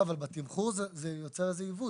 לא, אבל בתמחור זה יוצר איזה עיוות.